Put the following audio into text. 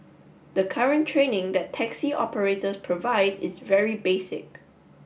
the current training that taxi operators provide is very basic